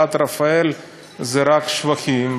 מהנהלת רפא"ל זה רק שבחים.